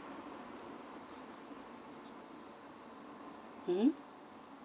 mmhmm